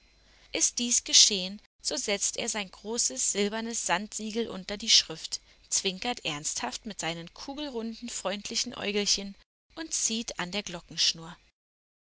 ist dies geschehen so setzt er sein großes silbernes sandsiegel unter die schrift zwinkert ernsthaft mit seinen kugelrunden freundlichen äugelchen und zieht an der